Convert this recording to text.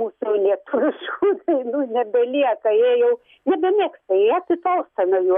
mūsų lietuviškų dainų nebelieka jie jau nebemėgsta jie atitolsta nuo jų